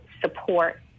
support